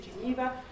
Geneva